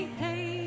hey